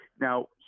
Now